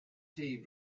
tnt